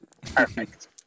perfect